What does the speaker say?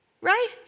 Right